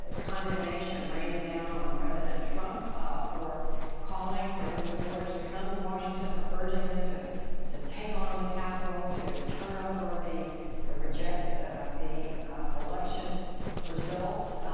ah condemnation raining down on president trump for calling for his supporters to come to washington, for urging them to to take on the capitol, to turn over the ah reject the election results.